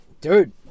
Dude